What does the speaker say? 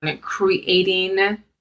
creating